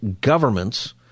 governments—